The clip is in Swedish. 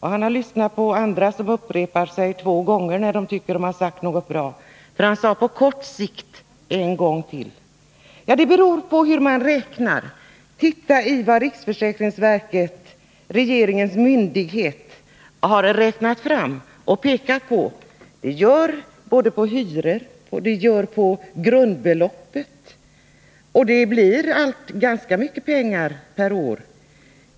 — Han har lyssnat till andra, som upprepar sig två gånger när de tycker att de har sagt något bra. Han sade ”på kort sikt” en gång till. — Men detta beror på hur man räknar. Titta på vad riksförsäkringsverket, regeringens myndighet, har räknat fram och pekat på. Ändringen påverkar både hyran och grundbeloppet, och det blir allt ganska mycket pengar per år.